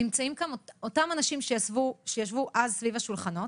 נמצאים כאן אותם אנשים שישבו אז סביב השולחנות.